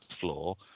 floor